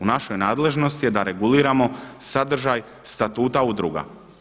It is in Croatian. U našoj nadležnosti je da reguliramo sadržaj statuta udruga.